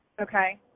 Okay